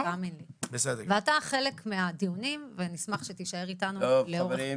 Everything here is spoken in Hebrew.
אתה חלק מהדיונים ונשמח שתישאר איתנו לאורך כולם.